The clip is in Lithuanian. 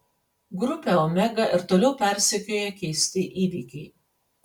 grupę omega ir toliau persekioja keisti įvykiai